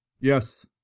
Yes